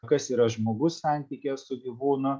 kas yra žmogus santykyje su gyvūnu